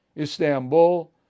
Istanbul